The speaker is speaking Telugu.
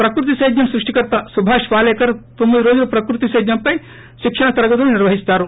ప్రకృతి సేద్యం సృష్టికర్త సుభాష్ ఫాలేకర్ తోమ్మి ది రోజులు ప్రకృతి సేద్యంపై శిక్షణ తరగతులు నిర్వహిస్తారు